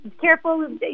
careful